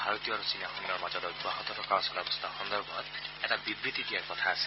ভাৰতীয় আৰু চীনা সৈন্যৰ মাজত অব্যাহত থকা অচলাৱস্থা সন্দৰ্ভত এটা বিবৃতি দিয়াৰ কথা আছে